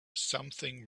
something